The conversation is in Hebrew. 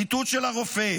ציטוט של הרופא: